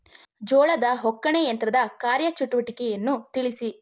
ಜೋಳದ ಒಕ್ಕಣೆ ಯಂತ್ರದ ಕಾರ್ಯ ಚಟುವಟಿಕೆಯನ್ನು ತಿಳಿಸಿ?